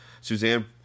Suzanne